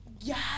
Yes